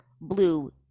blue